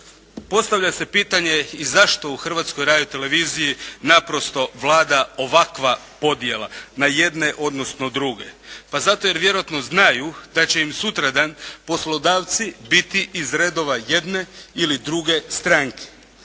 Postavlja se pitanje i zašto u Hrvatskoj radioteleviziji naprosto vlada ovakva podjela, na jedne odnosno druge? Pa zato jer vjerojatno znaju da će im sutradan poslodavci biti iz redova jedne ili druge stranke.